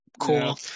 cool